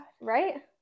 Right